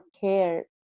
care